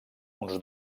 uns